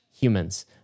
humans